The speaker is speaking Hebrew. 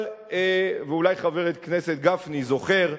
ואולי חבר הכנסת גפני זוכר,